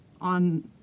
on